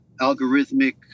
algorithmic